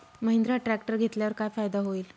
Mahindra tractor घेतल्यावर काय फायदा होईल?